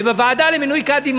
בוועדה למינוי קאדים,